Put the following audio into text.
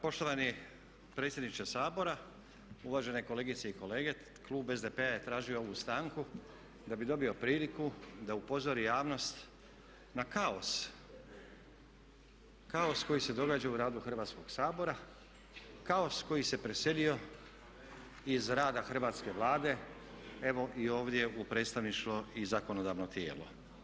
Poštovani predsjedniče Sabora, uvažene kolegice i kolege klub SDP-a je tražio ovu stanku da bi dobio priliku da upozori javnost na kaos, kaos koji se događa u radu Hrvatskog sabora, kaos koji se preselio iz rada hrvatske Vlade, evo i ovdje u predstavničko i zakonodavno tijelo.